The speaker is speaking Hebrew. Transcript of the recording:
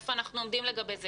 ואיפה אנחנו עומדים לגבי זה?